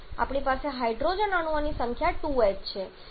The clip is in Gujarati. આપણી પાસે હાઇડ્રોજન અણુઓની 2H સંખ્યા છે